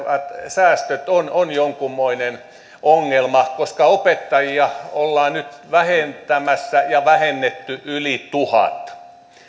säästöt ovat jonkunmoinen ongelma koska opettajia ollaan nyt vähentämässä ja vähennetty yli tuhat